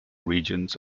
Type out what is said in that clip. regions